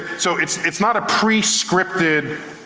so it's it's not a pre-scripted,